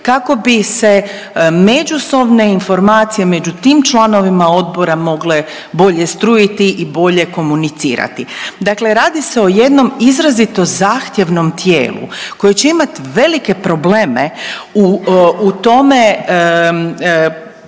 kako bi se međusobne informacije među tim članovima odbora mogle bolje strujiti i bolje komunicirati. Dakle, radi se o jednom izrazito zahtjevnom tijelu koje će imati velike probleme u tome